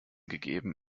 gegeben